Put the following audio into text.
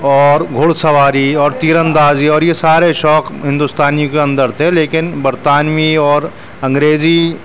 اور گھڑ سواری اور تیر اندازی اور یہ سارے شوق ہندوستانی کے اندر تھے لیکن برطانوی اور انگریزی